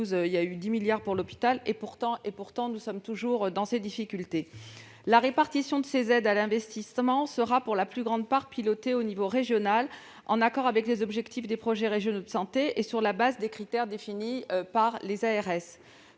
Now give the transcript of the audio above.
qui ont été consacrés à l'hôpital. Pourtant, nous rencontrons toujours des difficultés. La répartition de ces aides à l'investissement sera, pour la plus grande part, pilotée au niveau régional en accord avec les objectifs des projets régionaux de santé et sur la base de critères définis par les